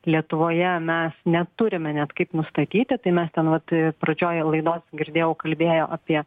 lietuvoje mes neturime net kaip nustatyti tai mes ten vat pradžioje laidos girdėjau kalbėjo apie